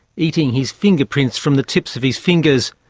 eating his fingerprints from the tips of his fingers.